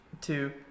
Two